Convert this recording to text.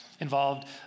involved